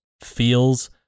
feels